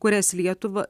kurias lietuva